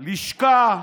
לשכה,